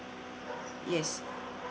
yes